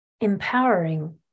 empowering